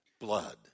blood